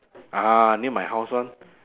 ah near my house [one]